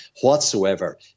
whatsoever